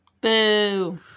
Boo